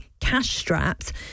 cash-strapped